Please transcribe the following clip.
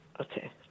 Okay